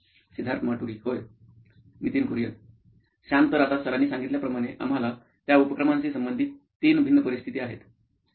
सिद्धार्थ माटुरी मुख्य कार्यकारी अधिकारी नॉइन इलेक्ट्रॉनिक्स होय Nitin Kurian COO Nine Electronics Sam तर आता सरांनी सांगितल्या प्रमाणे आम्हाला त्या उपक्रमाशी संबंधित तीन भिन्न परिस्थिती आहेत